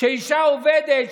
שאישה עובדת,